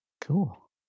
Cool